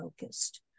focused